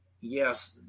Yes